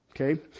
Okay